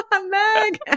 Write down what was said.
meg